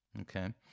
Okay